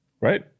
Right